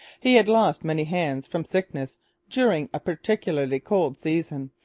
he had lost many hands from sickness during a particularly cold season,